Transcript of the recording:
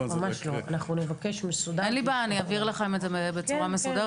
אני אעביר לכם את המידע בצורה מסודרת,